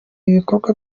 ibikorwa